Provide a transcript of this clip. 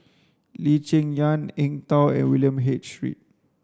Lee Cheng Yan Eng Tow and William H Read